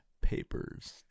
papers